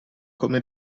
come